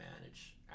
manage